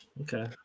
Okay